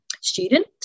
student